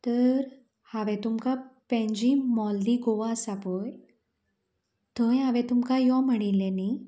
तर हांवें तुमकां पँजीम मॉल दी गोवा आसा पळय थंय हांवें तुमकां यो म्हणिल्लें न्ही